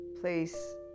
place